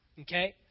Okay